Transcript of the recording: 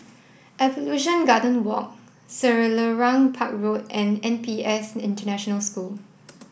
Evolution Garden Walk Selarang Park Road and N P S International School